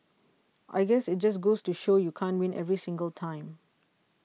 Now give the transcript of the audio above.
I guess it just goes to show you can't win every single time